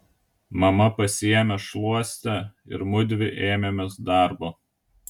mama pasiėmė šluostę ir mudvi ėmėmės darbo